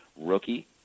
rookie